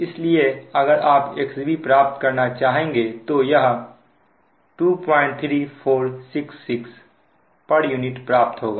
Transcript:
इसलिए अगर आप XB प्राप्त करना चाहेंगे तो यह 23466 pu प्राप्त होगा